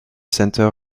center